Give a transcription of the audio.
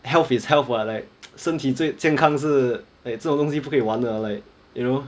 health is health [what] like 身体最健康是诶这种东西不可以玩的 lah like you know